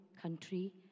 country